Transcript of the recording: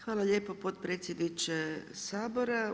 Hvala lijepo potpredsjedniče Sabora.